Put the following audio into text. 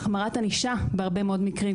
החמרת ענישה בהרבה מאוד מקרים,